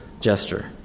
gesture